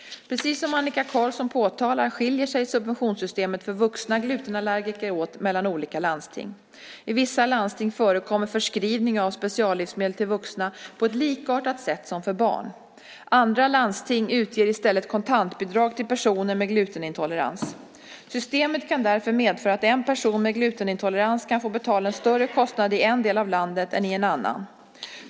Precis som Annika Qarlsson påtalar skiljer sig subventionssystemet för vuxna glutenallergiker åt mellan olika landsting. I vissa landsting förekommer förskrivning av speciallivsmedel till vuxna på ett likartat sätt som för barn. Andra landsting utger i stället kontantbidrag till personer med glutenintolerans. Systemet kan därför medföra att en person med glutenintolerans kan få betala en större kostnad i en del av landet än i en annan.